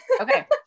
okay